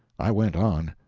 i went on.